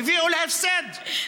הביאו להפסד.